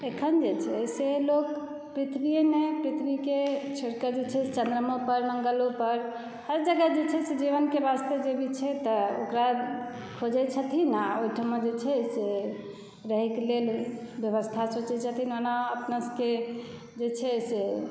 अखन जे छै से लोग पृथ्वीएमे पृथ्वीके छोड़िकऽ जे छै से चन्द्रमा पर मङ्गलो पर हर जगह जे छै से जीवनके वास्ते जे भी छै तऽ ओकरा खोजय छथिन आ ओहिठाम जे छै से रहयके लेल व्यवस्था सोचैत छथिन ओना अपना सभके जे छै से